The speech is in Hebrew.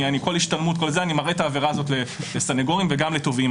אני כל השתלמות מראה את העבירה הזאת לסניגורים וגם לתובעים,